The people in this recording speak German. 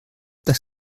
das